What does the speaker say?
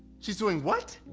she's doing what?